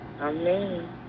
Amen